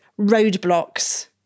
roadblocks